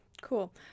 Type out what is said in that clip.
Cool